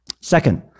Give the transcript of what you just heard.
Second